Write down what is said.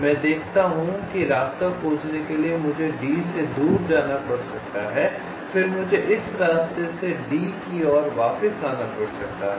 मैं देख सकता हूं कि रास्ता खोजने के लिए मुझे D से दूर जाना पड़ सकता है फिर मुझे इस रास्ते से D की ओर वापस आना पड़ सकता है